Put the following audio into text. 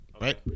right